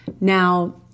Now